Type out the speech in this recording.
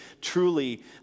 truly